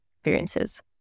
experiences